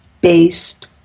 based